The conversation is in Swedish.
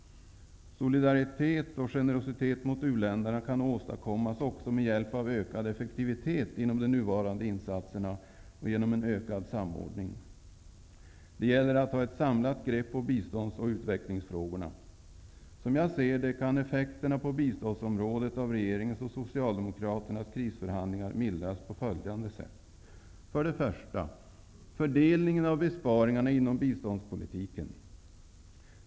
Solidaritet och generositet mot u-länderna kan nog åstadkommas också med hjälp av ökad effektivitet inom de nuvarande insatserna och genom en ökad samordning. Det gäller att ha ett samlat grepp på bistånds och utvecklingsfrågorna. Som jag ser det kan effekterna på biståndsområdet av regeringens och Socialdemokraternas krisförhandlingar mildras på följande sätt: För det första gäller det fördelningen av besparingarna inom biståndspolitiken.